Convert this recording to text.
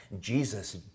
Jesus